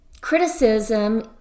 criticism